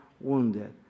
wounded